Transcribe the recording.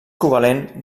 covalent